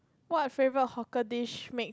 what favourite hawker dish make